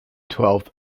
twelfth